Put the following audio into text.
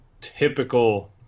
typical